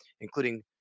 including